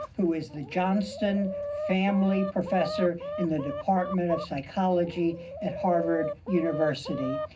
who is the johnstone family professor in the department of psychology at harvard university.